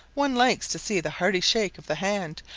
one likes to see the hearty shake of the hand,